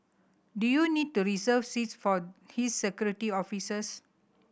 do you need to reserve seats for his Security Officers